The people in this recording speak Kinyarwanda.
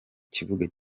kibuga